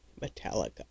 Metallica